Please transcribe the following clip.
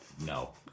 No